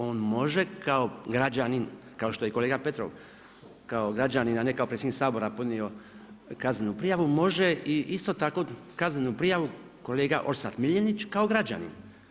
On može kao građanin, kao što je i kolega Petrov kao građanin, a ne kao predsjednik Sabora podnio kaznenu prijavu može isto tako kaznenu prijavu kolega Orsat Miljenić kao građanin.